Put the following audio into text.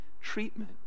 treatment